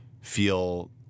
feel